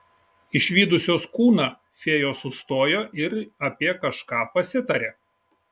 išvydusios kūną fėjos sustojo ir apie kažką pasitarė